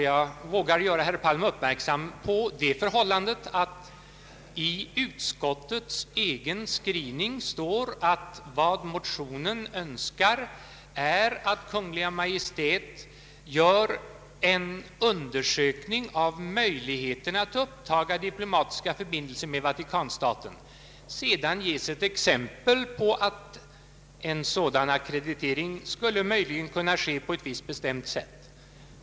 Jag vågar göra herr Palm uppmärksam på det förhållandet att i utskottets egen skrivning står att vad motionen önskar är att Kungl. Maj:t gör en undersökning av möjligheten att upptaga diplomatiska förbindelser med Vatikanstaten. Sedan ges ett exempel på att en sådan ackreditering möjligen skulle kunna ske på ett visst bestämt sätt.